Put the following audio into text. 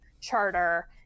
charter